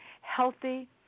healthy